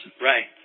Right